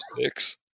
six